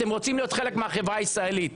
אתם רוצים להיות חלק מהחברה הישראלית,